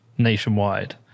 nationwide